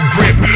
Grip